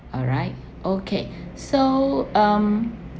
alright okay so um